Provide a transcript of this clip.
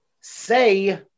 say